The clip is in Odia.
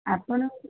ଆପଣ